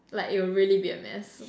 like it'll really be a mess